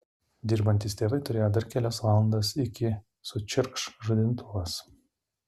dirbantys tėvai turėjo dar kelias valandas iki sučirkš žadintuvas